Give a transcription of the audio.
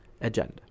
agenda